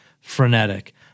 frenetic